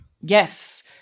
Yes